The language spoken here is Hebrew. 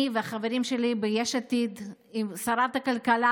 אני והחברים שלי ביש עתיד עם שרת הכלכלה